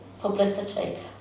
publicity